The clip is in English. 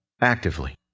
actively